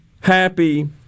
happy